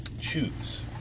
choose